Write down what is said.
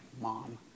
mom